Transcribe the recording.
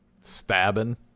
stabbing